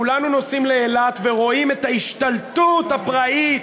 כולנו נוסעים לאילת ורואים את ההשתלטות הפראית